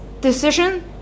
decision